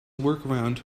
workaround